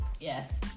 Yes